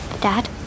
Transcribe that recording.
Dad